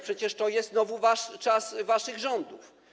Przecież to jest znowu czas waszych rządów.